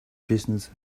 business